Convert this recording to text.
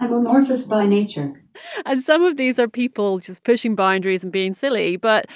i'm amorphous by nature and some of these are people just pushing boundaries and being silly. but